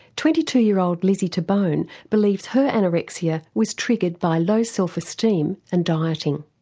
twenty-two-year-old lizzy tabone believes her anorexia was triggered by low self-esteem and dieting.